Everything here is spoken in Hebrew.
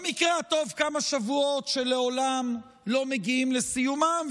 במקרה הטוב כמה שבועות שלעולם לא מגיעים לסיומם,